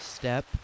Step